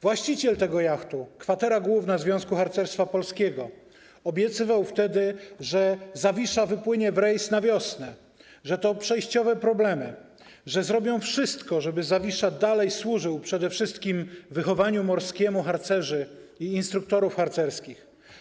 Właściciel tego jachtu, Główna Kwatera Związku Harcerstwa Polskiego, obiecywał wtedy, że ˝Zawisza˝ wypłynie w rejs na wiosnę, że to przejściowe problemy, że zrobią wszystko, żeby ˝Zawisza˝ dalej służył przede wszystkim wychowaniu morskiemu harcerzy i instruktorów harcerskich.